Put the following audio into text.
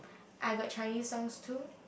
I got Chinese songs too